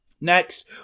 next